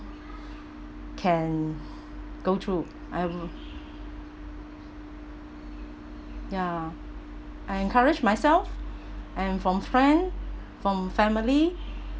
can go through I'm ya I encourage myself and from friend from family